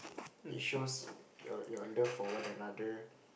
it shows your your love for one another